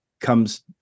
comes